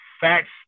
facts